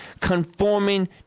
conforming